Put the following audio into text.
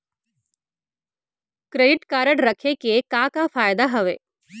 Credit card रखे के का का फायदा हवे?